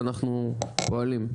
ואנחנו פועלים.